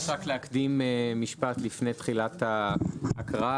אני מבקש רק להקדים משפט לפני תחילת ההקראה.